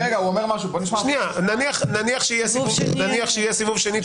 נניח שיהיה סיבוב שני.